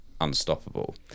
unstoppable